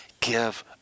give